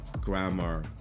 grammar